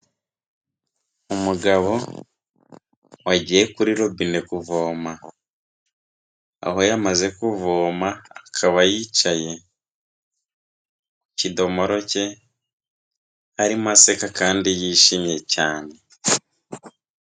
Umugabo wagiye kuri robine kuvoma, aho yamaze kuvoma akaba yicaye ku kidomoro cye, arimo aseka kandi yishimye cyane.